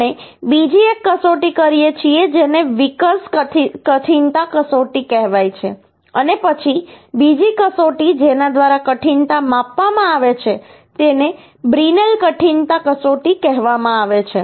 આપણે બીજી એક કસોટી કરીએ છીએ જેને વિકર્સ કઠિનતા કસોટી કહેવાય છે અને પછી બીજી કસોટી જેના દ્વારા કઠિનતા માપવામાં આવે છે તેને બ્રિનેલ કઠિનતા કસોટી કહેવાય છે